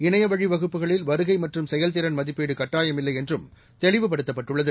இணையவழி வகுப்புகளில் வருகை மற்றும் செயல்திறன் மதிப்பீடு கட்டாயமில்லை என்றும் தெளிவுபடுத்தப்பட்டுள்ளது